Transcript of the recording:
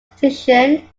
position